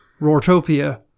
Roartopia